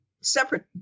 separate